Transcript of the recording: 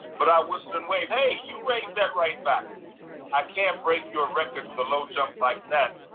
but i whisked them away. hey! you raise that right back i can't break your record to the low jump like that.